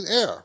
air